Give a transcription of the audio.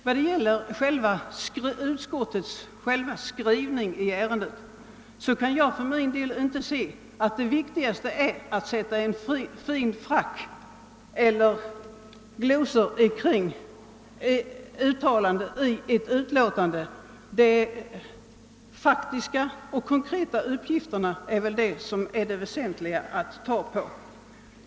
Vad gäller utskottets skrivning i ärendet kan jag för min del inte inse att det viktigaste skulle vara att föra in fina fraser i ett utskottsuttalande. De faktiska, konkreta uppgifterna är väl det väsentliga.